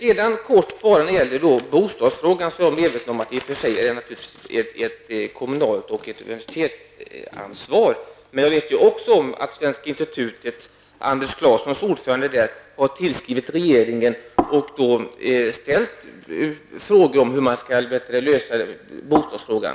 Jag är naturligtvis medveten om att det är kommunerna och universiteten som har ansvaret för bostadsfrågan. Men jag vet också att svenska institutets ordförande Anders Claesson har skrivit till regeringen och ställt frågor om hur man skall lösa bostadsfrågan.